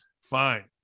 Fine